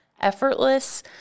effortless